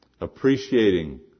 appreciating